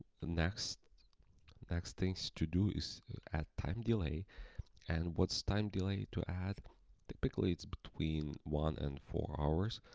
the next next things to do is at time delay and what's time delay to add typically it's between one and four hours.